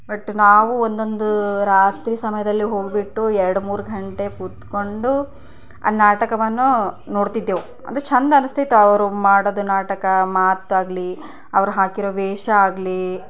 but ನಾವು ಒಂದೊಂದು ರಾತ್ರಿ ಸಮಯದಲ್ಲಿ ಹೋಗ್ಬಿಟ್ಟು ಎರಡು ಮೂರು ಗಂಟೆ ಕೂತ್ಕೊಂಡು ಆ ನಾಟಕವನ್ನು ನೋಡ್ತಿದ್ದೆವು ಅಂದರೆ ಚೆಂದನಿಸ್ತೈತೆ ಅವರು ಮಾಡೋದು ನಾಟಕ ಮಾತಾಗ್ಲಿ ಅವರು ಹಾಕಿರೋ ವೇಷ ಆಗಲಿ